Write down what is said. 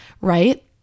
right